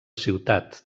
ciutat